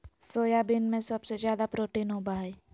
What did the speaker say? soybean में सबसे ज़्यादा प्रोटीन होबा हइ